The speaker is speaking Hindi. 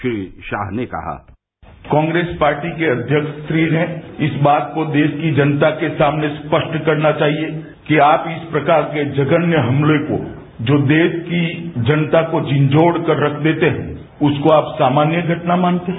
श्री शाह ने कहा कांग्रेस पार्टी के अध्यक्ष जी ने इस बात को देश की जनता के सामने स्पष्ट करना चाहिए कि आप इस प्रकार के जघन्य हमले को जो देश की जनता को झिंकझोर कर रख देते हैं उसको आप सामान्य घटना मानते हैं